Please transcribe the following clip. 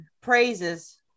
praises